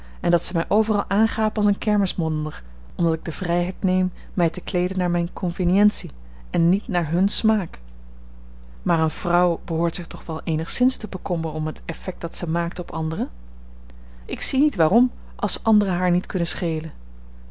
en dat ze mij overal aangapen als een kermiswonder omdat ik de vrijheid neem mij te kleeden naar mijne conveniëntie en niet naar hun smaak maar eene vrouw behoort zich toch wel eenigszins te bekommeren om het effect dat zij maakt op anderen ik zie niet waarom als anderen haar niet kunnen schelen